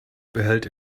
behält